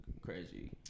crazy